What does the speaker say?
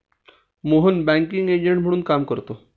Mohan banking agent म्हणून काम करतो